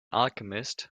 alchemist